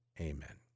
Amen